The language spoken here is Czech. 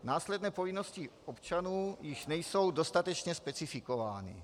Následné povinnosti občanů již nejsou dostatečně specifikovány.